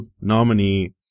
nominee